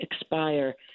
expire